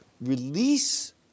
release